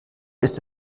ist